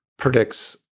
predicts